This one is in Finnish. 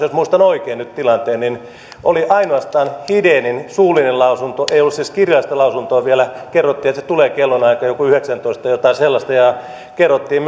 jos muistan oikein nyt tilanteen oli ainoastaan hidenin suullinen lausunto ei ollut siis kirjallista lausuntoa vielä kerrottiin että se tulee kellonaikaan yhdeksäntoista jotain sellaista ja kerrottiin